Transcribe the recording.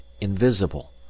invisible